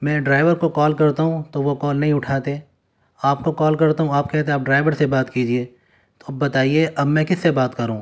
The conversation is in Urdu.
میں ڈرائیور کو کال کرتا ہوں تو وہ کال نہیں اٹھاتے آپ کو کال کرتا ہوں آپ کہتے ہیں آپ ڈرائیور سے بات کیجیے تو اب بتائیے اب میں کس سے بات کروں